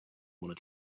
want